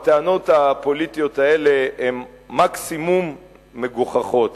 הטענות הפוליטיות האלה הן מקסימום מגוחכות,